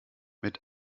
mit